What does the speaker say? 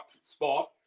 spot